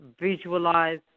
visualize